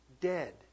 dead